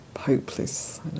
hopeless